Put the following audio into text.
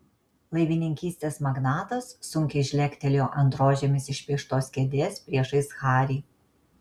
laivininkystės magnatas sunkiai žlegtelėjo ant rožėmis išpieštos kėdės priešais harį